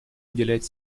уделять